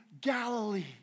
Galilee